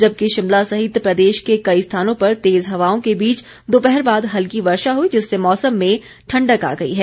जबकि शिमला सहित प्रदेश के कई स्थानों पर तेज हवाओं के बीच दोपहर बाद हल्की वर्षा हई जिससे मौसम में ठण्डक आ गई है